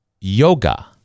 Yoga